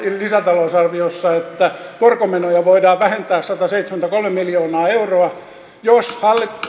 lisätalousarviossa että korkomenoja voidaan vähentää sataseitsemänkymmentäkolme miljoonaa euroa jos